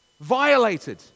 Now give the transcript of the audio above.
violated